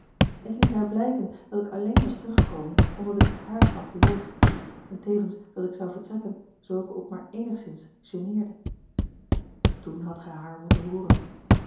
ik liet haar blijken dat ik a l g bosboom-toussaint langs een omweg alleen was teruggekomen omdat ik het haar had beloofd en tevens dat ik zou vertrekken zoo ik ook maar eenigszins geneerde toen hadt gij haar moeten hooren